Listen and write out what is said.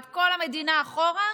את כל המדינה אחורה,